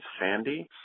Sandy